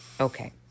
Okay